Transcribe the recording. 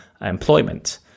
employment